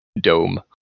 dome